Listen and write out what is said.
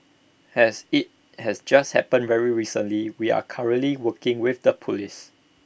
as IT has just happened very recently we are currently working with the Police